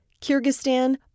Kyrgyzstan